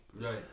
Right